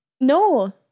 No